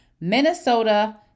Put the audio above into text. Minnesota